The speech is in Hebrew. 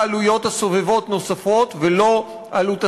העלויות הסובבות הנוספות ולא עלות השכר.